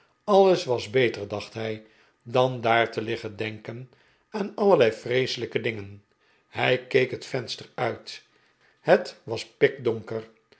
alles was beter dacht hij dan daar te liggen denken aan allerlei vreeselijke dingen hij keek het venster uit het was pikdonker